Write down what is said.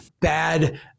bad